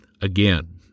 again